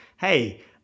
hey